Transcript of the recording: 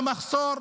מחסור.